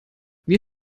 wie